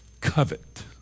covet